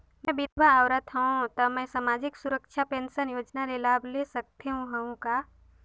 मैं विधवा औरत हवं त मै समाजिक सुरक्षा पेंशन योजना ले लाभ ले सकथे हव का?